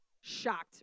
shocked